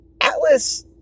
Atlas